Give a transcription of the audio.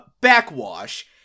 Backwash